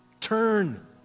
turn